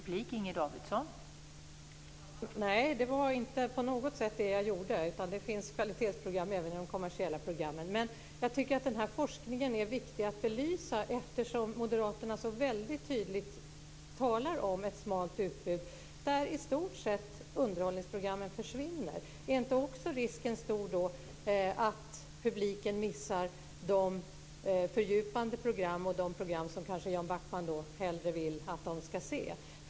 Fru talman! Nej det var inte på något sätt det jag gjorde. Det finns kvalitetsprogram även i de kommersiella kanalerna. Jag tycker ändå att den här forskningen är viktig att belysa eftersom Moderaterna så väldigt tydligt talar om ett smalt utbud där underhållningsprogrammen i stort sett försvinner. Är inte då också risken stor att publiken missar de fördjupande programmen och de andra program som kanske Jan Backman hellre vill att de ska se?